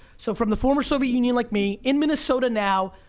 so from the former soviet union like me, in minnesota now,